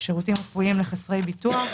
שירותים רפואיים לחסרי ביטוח.